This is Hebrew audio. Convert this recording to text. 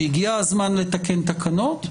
שהגיע הזמן לתקן תקנות,